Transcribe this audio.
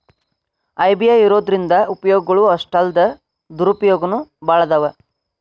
EBP ಇರೊದ್ರಿಂದಾ ಉಪಯೊಗಗಳು ಅಷ್ಟಾಲ್ದ ದುರುಪಯೊಗನೂ ಭಾಳದಾವ್